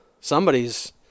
Somebody's